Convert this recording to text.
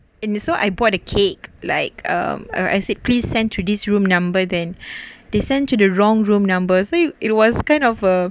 and so I bought a cake like um I said please send to this room number than they sent to the wrong room number so it was kind of a